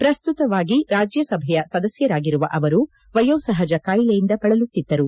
ಪ್ರಸ್ತುತವಾಗಿ ರಾಜ್ಯಸಭೆಯ ಸದಸ್ನರಾಗಿರುವ ಅವರು ವಯೋ ಸಪಜ ಕಾಯಿಲೆಯಿಂದ ಬಳಲುತ್ತಿದ್ದರು